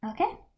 Okay